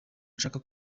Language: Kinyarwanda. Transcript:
nshaka